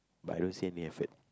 but I don't see any effort